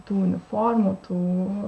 tų uniformų tų